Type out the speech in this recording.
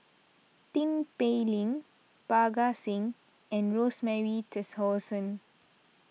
Tin Pei Ling Parga Singh and Rosemary Tessensohn